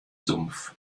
sumpf